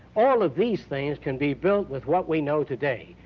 all of these things can be built with what we know today.